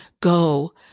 go